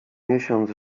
miesiąc